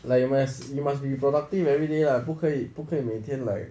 like whereas you must be productive everyday lah 不可以不可以每天 like